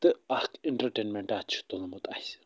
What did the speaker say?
تہٕ اکھ اِنٛٹَرٹینمٮ۪نٛٹاہ چھُ تُلمُت اَسہِ